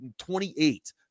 28